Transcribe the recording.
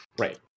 right